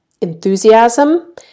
enthusiasm